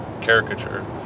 caricature